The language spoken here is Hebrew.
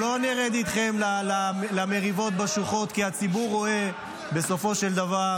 מירב, היית פה קודם,